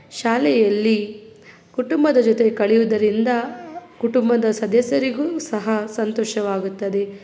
ಶಾಲೆಯಲ್ಲಿ ಕುಟುಂಬದ ಜೊತೆ ಕಳೆಯುವುದರಿಂದ ಕುಟುಂಬದ ಸದಸ್ಯರಿಗೂ ಸಹ ಸಂತೋಷವಾಗುತ್ತದೆ